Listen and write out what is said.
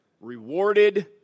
rewarded